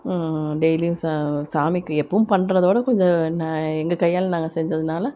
டெய்லியும் சாமிக்கு எப்பவும் பண்ணுறதோட கொஞ்சம் எங்கள் கையால் நாங்கள் செஞ்சதினால